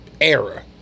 era